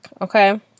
okay